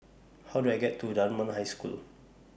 How Do I get to Dunman High School